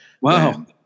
wow